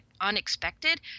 unexpected